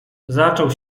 zaczął